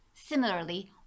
Similarly